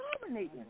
dominating